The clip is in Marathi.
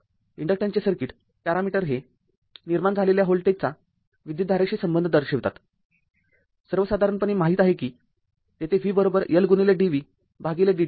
इंडक्टन्सचे सर्किट पॅरामीटर हे निर्माण झालेल्या व्होल्टेजचा विद्युतधारेशी संबंध दर्शवितात सर्वसाधारणपणे माहित आहे कि तेथे v Ldv भागिले dt आहे